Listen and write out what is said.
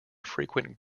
frequent